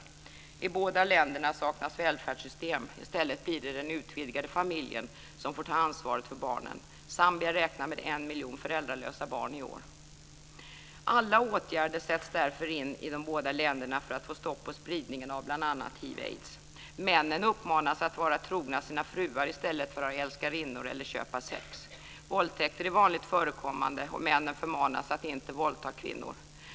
I båda länderna saknas välfärdssystem; i stället blir det den utvidgade familjen som får ta ansvaret för barnen. Zambia räknar med en miljon föräldralösa barn i år. Alla åtgärder sätts därför in i de båda länderna för att få stopp på spridningen av bl.a. hiv/aids. Männen uppmanas att vara trogna sina fruar i stället för att ha älskarinnor eller köpa sex. Våldtäkter är vanligt förekommande, och männen förmanas att inte våldta kvinnor.